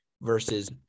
versus